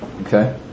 Okay